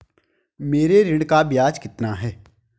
मेरे ऋण का ब्याज कितना है?